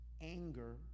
anger